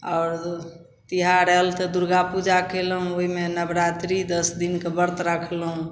आओर तेहार आएल तऽ दुरगा पूजा कएलहुँ ओहिमे नवरात्रि दस दिनके वर्त रखलहुँ